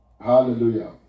Hallelujah